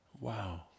Wow